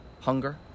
hunger